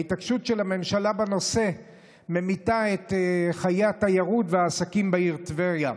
ההתעקשות של הממשלה בנושא ממיתה את חיי התיירות והעסקים בעיר טבריה.